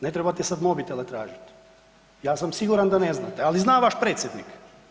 Ne trebate sada mobitele tražit, ja sam siguran da ne znate, ali zna vaš predsjednik.